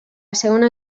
segona